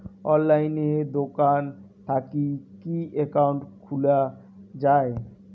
অনলাইনে দোকান থাকি কি একাউন্ট খুলা যায়?